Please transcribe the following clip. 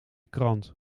krant